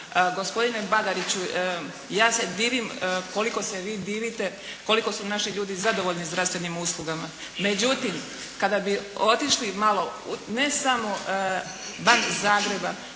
Gospodine Bagariću, ja se divim koliko se vi divite koliko su naši ljudi zadovoljni zdravstvenim uslugama. Međutim, kada bi otišli malo ne samo van Zagreba,